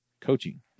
coaching